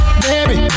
baby